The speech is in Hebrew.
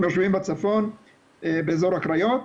הם יושבים בצפון באזור הקריות,